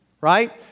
right